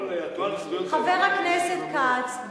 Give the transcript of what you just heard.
התנועה לזכויות האזרח חבר הכנסת כץ,